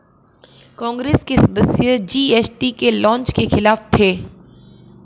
कांग्रेस के सदस्य जी.एस.टी के लॉन्च के खिलाफ थे